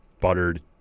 buttered